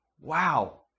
wow